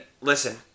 listen